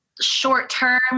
short-term